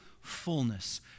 fullness